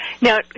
Now